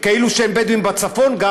כאילו שאין בדואים גם בצפון,